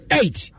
eight